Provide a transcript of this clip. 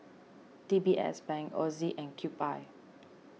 D B S Bank Ozi and Cube I